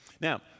Now